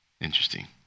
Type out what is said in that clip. Interesting